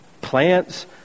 plants